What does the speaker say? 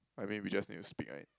I mean we just need to speak right